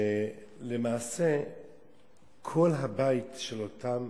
שלמעשה כל הבית של אותם